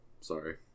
Sorry